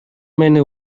мени